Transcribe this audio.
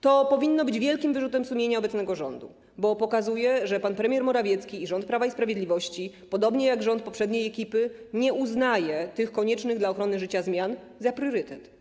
To powinno być wielkim wyrzutem sumienia obecnego rządu, bo pokazuje, że pan premier Morawiecki i rząd Prawa i Sprawiedliwości, podobnie jak rząd poprzedniej ekipy, nie uznaje tych koniecznych dla ochrony życia zmian za priorytet.